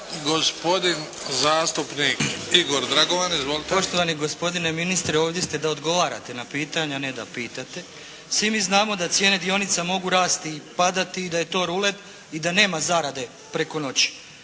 Gospodine zastupnik Igor Dragovan. Izvolite. **Dragovan, Igor (SDP)** Poštovani gospodine ministre! Ovdje ste da odgovarate na pitanja, a ne da pitate. Svi mi znamo da cijene dionica mogu rasti i padati i da je to rulet i da nema zarade preko noći.